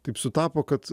taip sutapo kad